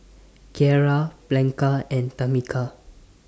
Kiera Blanca and Tamica